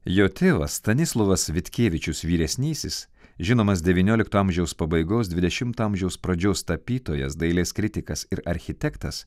jo tėvas stanislovas vitkievičius vyresnysis žinomas devyniolikto amžiaus pabaigos dvidešimto amžiaus pradžios tapytojas dailės kritikas ir architektas